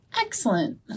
Excellent